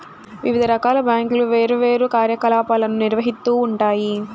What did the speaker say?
వివిధ రకాల బ్యాంకులు వేర్వేరు కార్యకలాపాలను నిర్వహిత్తూ ఉంటాయి